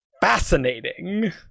fascinating